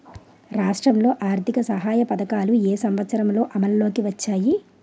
రాష్ట్రంలో ఆర్థిక సహాయ పథకాలు ఏ సంవత్సరంలో అమల్లోకి వచ్చాయి?